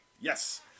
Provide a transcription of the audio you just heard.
yes